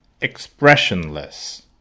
Expressionless